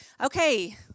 Okay